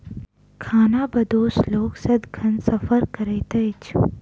खानाबदोश लोक सदिखन सफर करैत अछि